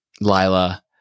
Lila